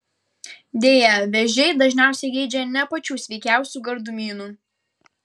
deja vėžiai dažniausiai geidžia ne pačių sveikiausių gardumynų